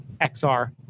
XR